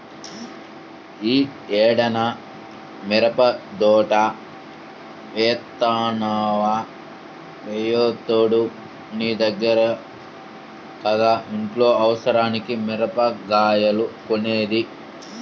యీ ఏడన్నా మిరపదోట యేత్తన్నవా, ప్రతేడూ నీ దగ్గర కదా ఇంట్లో అవసరాలకి మిరగాయలు కొనేది